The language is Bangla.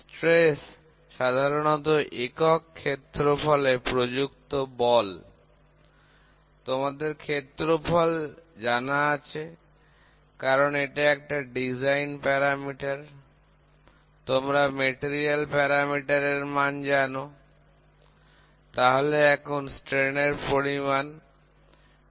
পীড়ন সাধারণত একক ক্ষেত্রফলে প্রযুক্ত বল তোমাদের ক্ষেত্রফল জানা আছে কারণ এটা একটা ডিজাইন প্যারামিটার তোমরা উপাদানের প্যারামিটার এর মান জানো তাহলে এখন বিকৃতির পরিমাপ করতে পারো